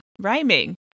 rhyming